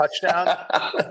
touchdown